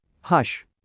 Hush